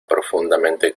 profundamente